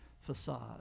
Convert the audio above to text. facade